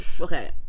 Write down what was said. Okay